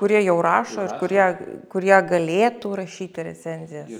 kurie jau rašo ir kurie kurie galėtų rašyti recenzijas